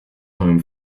home